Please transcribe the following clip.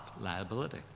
liability